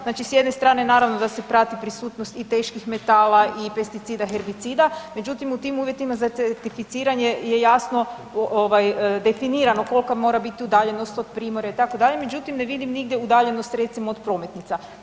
Znači s jedne strane naravno da se prati prisutnost i teških metala i pesticida i herbicida, međutim u tim uvjetima za certificiranje je jasno ovaj definirano kolka mora biti udaljenost od Primorja itd., međutim ne vidim nigdje udaljenost recimo od prometnica.